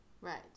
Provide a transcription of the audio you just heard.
Right